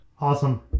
Awesome